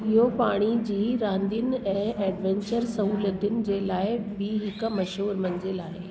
इहो पाणी जी रांदियुनि ऐं एडवेंचर सहूलियतुनि जे लाइ बि हिकु मशहूरु मंज़िल आहे